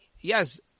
yes